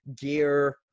gear